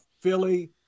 Philly